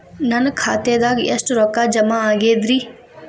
ನನ್ನ ಖಾತೆದಾಗ ಎಷ್ಟ ರೊಕ್ಕಾ ಜಮಾ ಆಗೇದ್ರಿ?